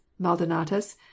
maldonatus